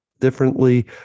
differently